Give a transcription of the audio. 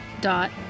dot